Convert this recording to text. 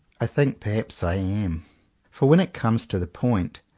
i think perhaps i am for, when it comes to the point,